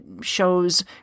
shows